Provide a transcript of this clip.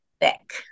thick